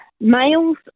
males